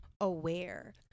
aware